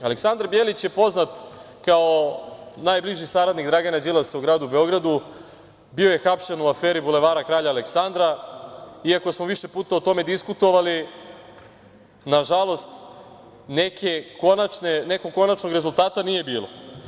Aleksandar Bjelić je poznat kao najbliži saradnik Dragana Đilasa u gradu Beogradu, bio je hapšen u aferi „Bulevara kralja Aleksandra“, iako smo više puta o tome diskutovali, na žalost nekog konačnog rezultata nije bilo.